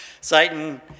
Satan